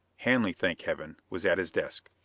hanley, thank heaven, was at his desk.